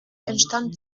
entstand